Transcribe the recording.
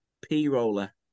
P-roller